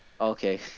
Okay